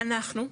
אנחנו.